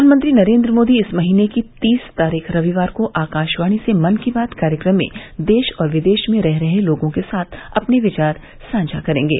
प्रधानमंत्री नरेन्द्र मोदी इस महीने की तीस तारीख रविवार को आकाशवाणी से मन की बात कार्यक्रम में देश और विदेश में रह रहे लोगों के साथ अपने विचार साझा करेंगे